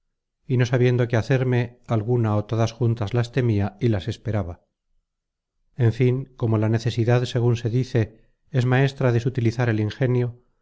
y no sabiendo qué hacerme alguna ó todas juntas las temia y las esperaba en fin como la necesidad segun se dice es maestra de sutilizar el ingenio